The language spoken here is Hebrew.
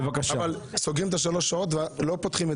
אבל סוגרים את שלוש השעות ולא פותחים את